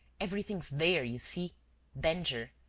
everything's there, you see danger!